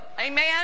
Amen